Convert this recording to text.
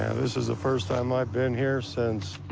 and this is the first time i've been here since,